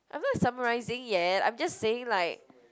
I'm not summarising yet I'm just saying like